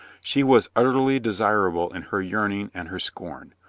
she was utterly desirable in her yearning and her scorn,